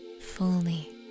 fully